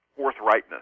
forthrightness